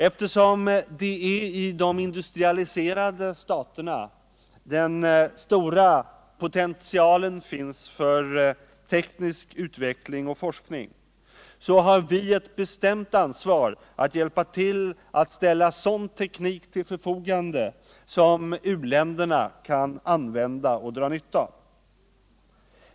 Eftersom det är i de industrialiserade staterna den stora potentialen finns för teknisk utveckling och forskning, har vi ett bestämt ansvar att ställa sådan teknik till förfogande som u-länderna kan använda och dra nytta av.